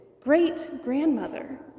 great-grandmother